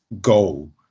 goal